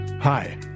hi